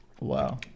wow